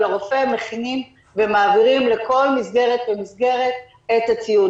הרופא מכינים ומעבירים לכל מסגרת ומסגרת את הציוד.